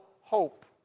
hope